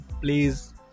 please